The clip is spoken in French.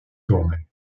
tournée